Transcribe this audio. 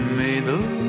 middle